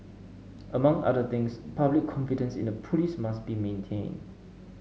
amongst other things public confidence in the police must be maintained